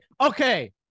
Okay